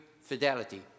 fidelity